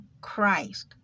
Christ